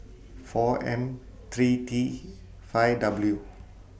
four M three T five W